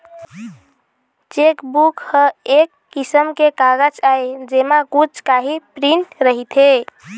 chequebook ह एक किसम के कागज आय जेमा कुछ काही प्रिंट रहिथे